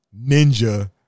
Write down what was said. ninja